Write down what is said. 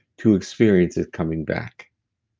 to experience it coming back.